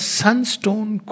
sunstone